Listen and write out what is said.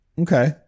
Okay